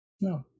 no